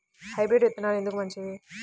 Hybrid విత్తనాలు ఎందుకు మంచిది?